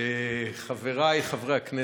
חבריי חברי הכנסת,